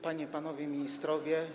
Panie i Panowie Ministrowie!